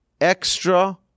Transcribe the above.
extra